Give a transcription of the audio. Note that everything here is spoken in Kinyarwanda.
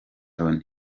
loni